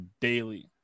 daily